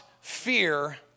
fear